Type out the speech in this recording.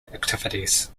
activities